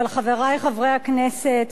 אבל, חברי חברי הכנסת,